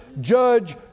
judge